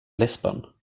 lisbon